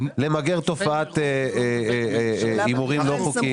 למגר תופעת הימורים לא חוקיים.